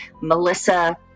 Melissa